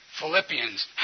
Philippians